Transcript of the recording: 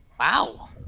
Wow